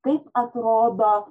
kaip atrodo